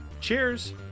Cheers